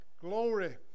glory